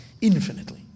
infinitely